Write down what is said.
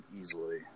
easily